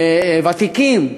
ותיקים.